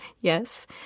Yes